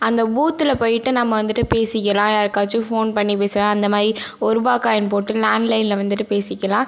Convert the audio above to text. அந்த பூத்தில் போயிட்டு நம்ம வந்துட்டு பேசிக்கலாம் யாருக்காச்சும் ஃபோன் பண்ணி பேசலாம் அந்த மாதிரி ஒருபா காயின் போட்டு லேண்ட்லைனில் வந்துட்டு பேசிக்கலாம்